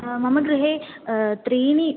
मम गृहे त्रीणि